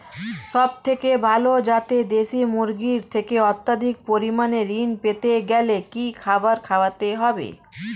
সবথেকে ভালো যাতে দেশি মুরগির থেকে অত্যাধিক পরিমাণে ঋণ পেতে গেলে কি খাবার খাওয়াতে হবে?